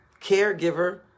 caregiver